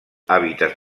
hàbitats